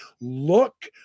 look